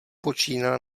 počíná